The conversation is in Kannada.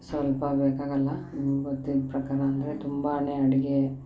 ಸ್ವಲ್ಪ ಬೇಕಾಗಲ್ಲ ನಂಗೆ ಗೊತ್ತಿದ್ದ ಪ್ರಕಾರ ಅಂದರೆ ತುಂಬಾನೆ ಅಡುಗೆ